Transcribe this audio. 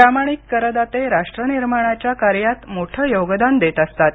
प्रामाणिक करदाते राष्ट्रनिर्माणाच्या कार्यात मोठं योगदान देत असतात